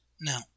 Now